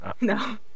No